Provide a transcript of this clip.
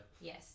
Yes